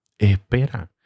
Espera